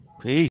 Peace